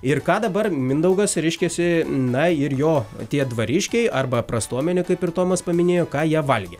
ir ką dabar mindaugas reiškiasi na ir jo tie dvariškiai arba prastuomenė kaip ir tomas paminėjo ką jie valgė